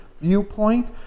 viewpoint